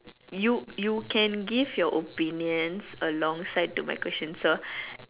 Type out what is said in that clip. you you can give your opinions alongside to my questions so